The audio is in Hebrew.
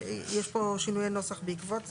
יש פה שינויי נוסח בעקבות זה,